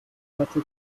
katze